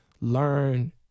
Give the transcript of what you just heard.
learn